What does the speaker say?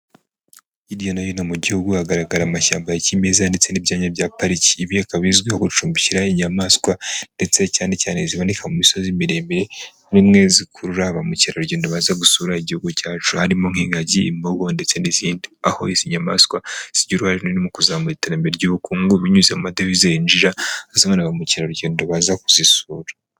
Hirya no hino mu gihugu hagaragara amashyamba ya kimeza ndetse n'ibyanya bya pariki ibi bikaba bizwiho gucumbikira inyamaswa ndetse cyane cyane ziboneka mu misozi miremire ni zimwe zikurura ba mukerarugendo baza gusura igihugu cyacu, harimo nk'ingagi, imbogo, ndetse n'izindi aho izi nyamaswa zigira uruhare runini mu kuzamura iterambere ry'ubukungu binyuze mu madevize yinjira ba mukerarugendo baza kuzisura.